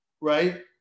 right